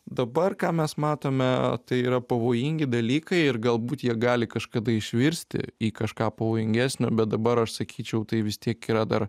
dabar ką mes matome tai yra pavojingi dalykai ir galbūt jie gali kažkada išvirsti į kažką pavojingesnio bet dabar aš sakyčiau tai vis tiek yra dar